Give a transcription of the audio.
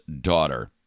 Daughter